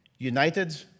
united